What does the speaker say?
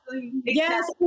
yes